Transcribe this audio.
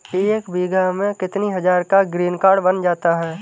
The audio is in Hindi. एक बीघा में कितनी हज़ार का ग्रीनकार्ड बन जाता है?